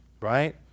right